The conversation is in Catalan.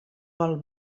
vol